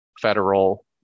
federal